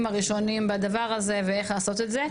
הראשונים בדבר הזה ואיך לעשות את זה,